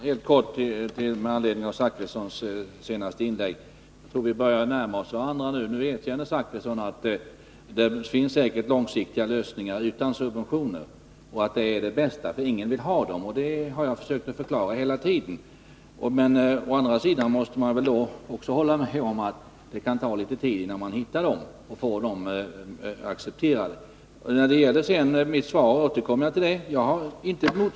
Herr talman! Helt kort med anledning av Bertil Zachrissons senaste inlägg. Jag tror att vi nu börjar närma oss varandra. Nu erkänner Bertil Zachrisson att det säkert finns andra långsiktiga lösningar än subventionering och att sådana åtgärder är de bästa, eftersom ingen vill ha subventioner. Detta har jag försökt förklara hela tiden. Å andra sidan måste han väl då hålla med om att det kan ta litet tid innan man hittar sådana lösningar och får dem accepterade. Jag återkommer slutligen till mitt tidigare svar.